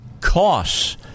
Costs